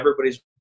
everybody's